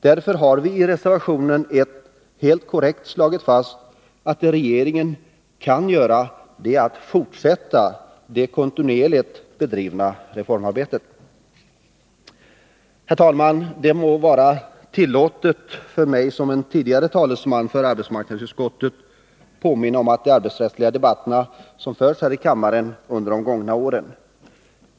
Därför har vi i reservationen 1 helt korrekt slagit fast att det regeringen kan göra är att fortsätta det kontinuerligt bedrivna reformarbetet. Herr talman, det må vara tillåtet för mig att som tidigare talesman för arbetsmarknadsutskottet påminna om de arbetsrättsliga debatterna som förts här i kammaren under de gångna åren.